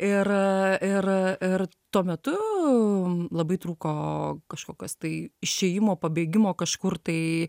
ir a ir a ir tuo metu labai trūko kažkokios tai išėjimo pabėgimo kažkur tai